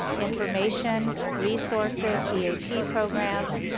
information, resources, eap programs,